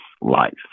life